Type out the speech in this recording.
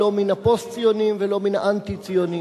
לא מהפוסט-ציונים ולא מן האנטי-ציונים,